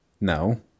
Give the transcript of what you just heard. No